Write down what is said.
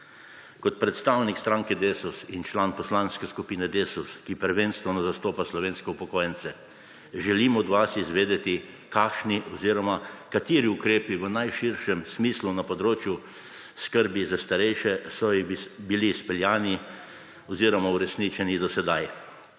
Kot predstavnik stranke Desus in član Poslanske skupine Desus, ki prvenstveno zastopa slovenske upokojence, želimo od vas izvedeti: Kakšni oziroma kateri ukrepi v najširšem smislu na področju skrbi za starejše so bili speljani oziroma uresničeni do sedaj?